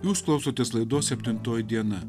jūs klausotės laidos septintoji diena